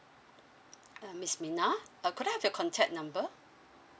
mm miss mina uh could I have your contact number